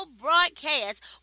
broadcast